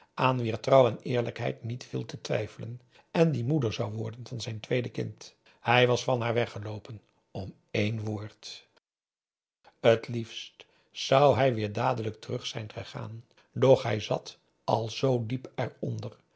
aan wier trouw en eerlijkheid niet viel te twijfelen en die moeder zou worden van zijn tweede kind hij was van haar weggeloopen om één woord t liefst zou hij weêr dadelijk terug zijn gegaan doch hij zat al zoo diep